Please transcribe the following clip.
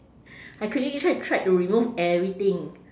I quickly tried tried to remove everything